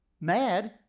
mad